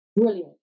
Brilliant